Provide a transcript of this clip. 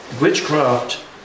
witchcraft